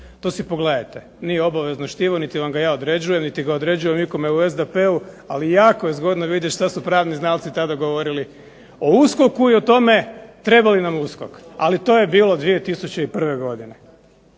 To si pogledajte. Nije obavezno štivo, niti vam ga ja određujem, niti ga određujem nikome u SDP-u, ali je jako zgodno vidjeti šta su pravni znalci tada govorili o USKOK-u i o tome treba li nam USKOK. Ali to je bilo 2001. godine.